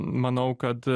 manau kad